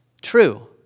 True